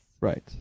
Right